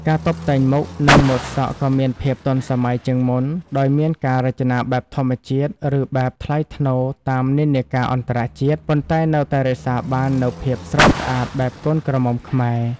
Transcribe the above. ការតុបតែងមុខ និងម៉ូតសក់ក៏មានភាពទាន់សម័យជាងមុន ដោយមានការរចនាបែបធម្មជាតិ ឬបែបថ្លៃថ្នូរតាមនិន្នាការអន្តរជាតិ ប៉ុន្តែនៅតែរក្សាបាននូវភាពស្រស់ស្អាតបែបកូនក្រមុំខ្មែរ ។